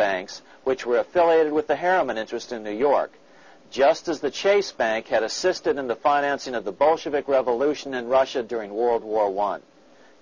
banks which were affiliated with the harriman interest in new york just as the chase bank had assisted in the financing of the bolshevik revolution in russia during world war one